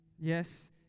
Yes